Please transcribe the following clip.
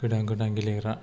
गोदान गोदान गेलेग्रा